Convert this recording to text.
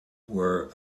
were